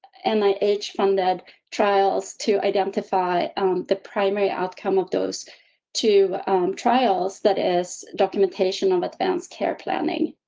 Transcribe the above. and i age funded trials to identify the primary outcome of those two trials that is documentation of advance, care planning.